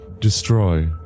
destroy